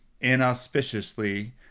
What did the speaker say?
inauspiciously